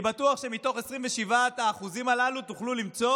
אני בטוח שמתוך ה-27% הללו תוכלו למצוא